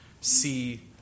see